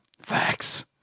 Facts